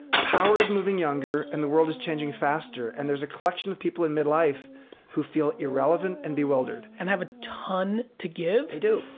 power is moving younger, and the world is changing faster. and there's a collection of people in middle life who feel irrelevant and bewildered. and have a ton to give. they do.